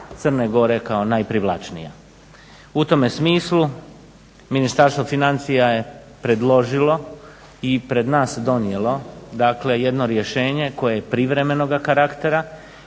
Crne Gore kao najprivlačnija. U tome smislu Ministarstvo financija je predložilo i pred nas donijelo dakle jedno rješenje koje je privremenog karaktera